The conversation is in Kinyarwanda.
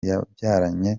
yabyaranye